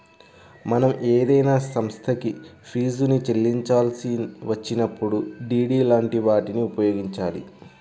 మనం ఏదైనా సంస్థకి ఫీజుని చెల్లించాల్సి వచ్చినప్పుడు డి.డి లాంటి వాటిని ఉపయోగించాలి